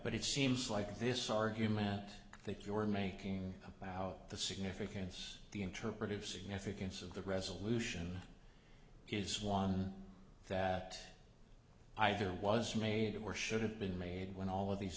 but it seems like this argument that you're making about the significance the interpretive significance of the resolution is one that either was made or should have been made when all of these